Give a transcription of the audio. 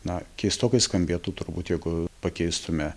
na keistokai skambėtų turbūt jeigu pakeistume